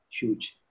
huge